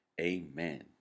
Amen